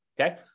okay